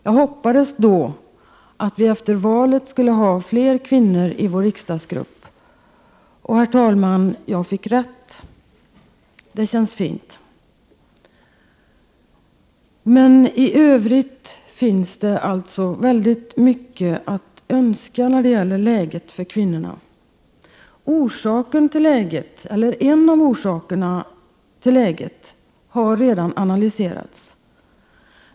Jag hoppades då att vi efter valet skulle ha fler kvinnor i vår riksdagsgrupp. Herr talman! Jag fick rätt. Det känns fint. I övrigt finns det mycket att önska när det gäller läget för kvinnorna. En av orsakerna till detta läge har redan analyserats.